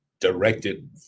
directed